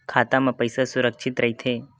खाता मा पईसा सुरक्षित राइथे?